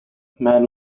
mann